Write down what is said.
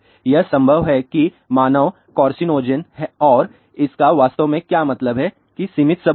यह संभव है कि मानव कार्सिनोजेन और इसका वास्तव में क्या मतलब है कि सीमित सबूत हैं